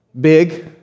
big